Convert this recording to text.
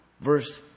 verse